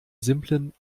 simplen